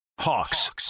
hawks